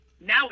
Now